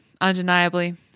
undeniably